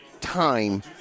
time